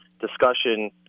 discussion